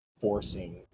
forcing